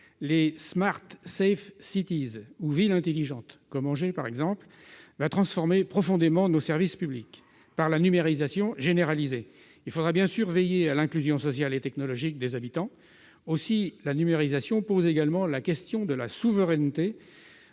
les, ou villes sûres et intelligentes, comme Angers, va transformer profondément nos services publics par la numérisation généralisée. Il faudra bien sûr veiller à l'inclusion sociale et technologique des habitants. Aussi la numérisation pose-t-elle également la question de la souveraineté,